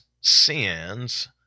sins